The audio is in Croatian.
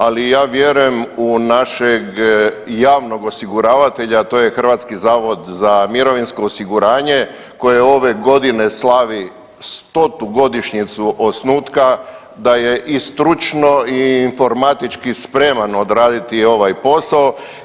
Ali ja vjerujem u našeg javnog osiguravatelja, a to je Hrvatski zavod za mirovinsko osiguranje koje ove godine slavi stotu godišnjicu osnutka, da je i stručno i informatički spreman odraditi i ovaj posao.